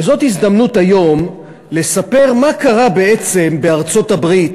וזו הזדמנות היום לספר מה קרה בעצם בארצות-הברית,